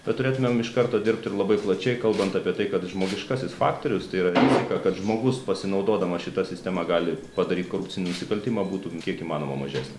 bet turėtumėm iš karto dirbti ir labai plačiai kalbant apie tai kad žmogiškasis faktoriustai yra rizika kad žmogus pasinaudodamas šita sistema gali padaryt korupcinį nusikaltimą būtų kiek įmanoma mažesnė